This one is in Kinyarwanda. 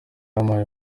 yampaye